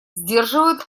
сдерживают